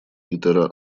питера